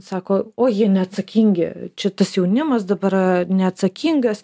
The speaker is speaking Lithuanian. sako o jie neatsakingi čia tas jaunimas dabar neatsakingas